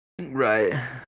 Right